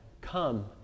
come